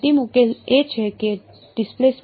અંતિમ ઉકેલ એ છે કે ડિસ્પ્લેસમેન્ટન છે